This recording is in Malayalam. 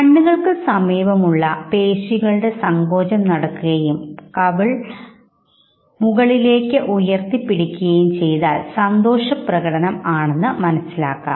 കണ്ണുകൾക്ക് സമീപമുള്ള പേശികളുടെ സങ്കോചം നടക്കുകയും കവികൾ മുകളിലേക്ക് ഉയർത്തി പിടിക്കുകയും ചെയ്താൽസന്തോഷ പ്രകടനം ആണെന്ന് മനസ്സിലാക്കാം